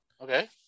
Okay